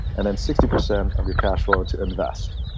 and then sixty percent of your cash flow to invest.